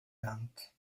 grant